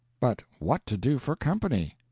but what to do for company?